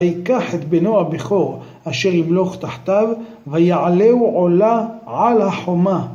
וייקח את בנו הבכור, אשר ימלוך תחתיו, ויעלהו עולה על החומה.